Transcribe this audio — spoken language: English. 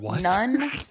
None